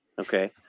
Okay